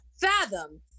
fathom